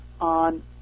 on